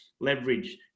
leverage